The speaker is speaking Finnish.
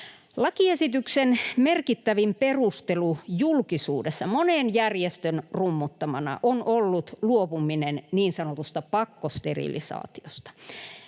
Lakiesityksen merkittävin perustelu julkisuudessa monen järjestön rummuttamana on ollut luopuminen niin sanotusta pakkosterilisaatiosta.